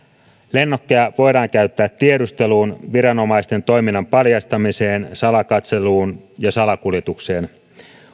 lennokkeja voidaan käyttää tiedusteluun viranomaisten toiminnan paljastamiseen salakatseluun ja salakuljetukseen